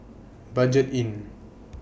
Budget Inn